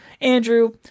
Andrew